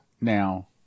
now